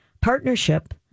partnership